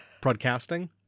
broadcasting